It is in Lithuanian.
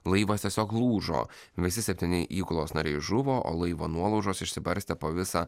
laivas tiesiog lūžo visi septyni įgulos nariai žuvo o laivo nuolaužos išsibarstė po visą